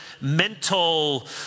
mental